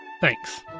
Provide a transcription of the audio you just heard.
Thanks